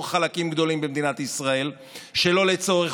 חלקים גדולים במדינת ישראל שלא לצורך,